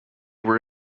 were